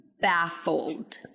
baffled